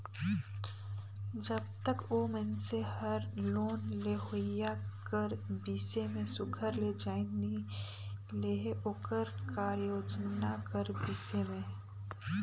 जब तक ओ मइनसे हर लोन लेहोइया कर बिसे में सुग्घर ले जाएन नी लेहे ओकर कारयोजना कर बिसे में